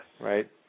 right